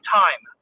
time